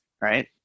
right